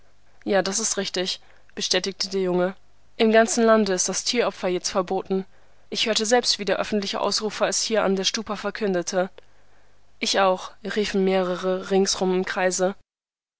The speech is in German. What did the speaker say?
ja das ist richtig bestätigte der junge im ganzen lande ist das tieropfer jetzt verboten ich hörte selbst wie der öffentliche ausrufer es hier an der stupa verkündete ich auch riefen mehrere ringsum im kreise